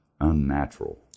unnatural